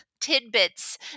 tidbits